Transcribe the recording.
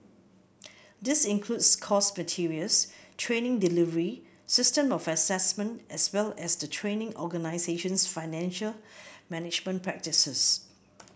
this includes course materials training delivery system of assessment as well as the training organisation's financial management practices